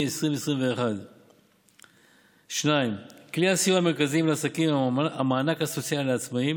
2021. 2. כלי הסיוע המרכזיים לעסקים הם המענק הסוציאלי לעצמאים